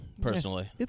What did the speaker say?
personally